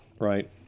Right